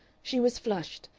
she was flushed,